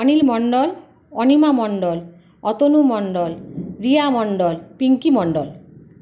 Anil Mondal Anima Mondal Atanu Mondal Riya Mondal Pinki Mondal